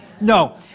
No